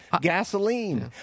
Gasoline